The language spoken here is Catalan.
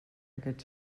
aquest